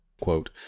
quote